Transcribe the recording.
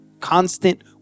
constant